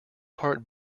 part